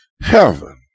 heaven